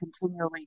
continually